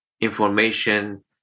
information